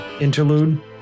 interlude